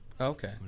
Okay